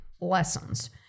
lessons